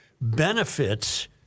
benefits